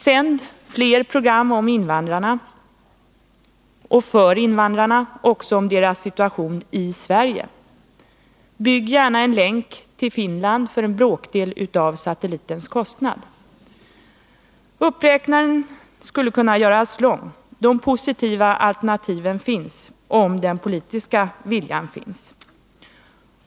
Sänd fler program om invandrarna och för invandrarna, också om deras situation i Sverige. Bygg gärna en länk till Finland för en bråkdel av satellitens kostnad. — Uppräkningen skulle kunna göras lång. De positiva alternativen finns, om den politiska viljan finns.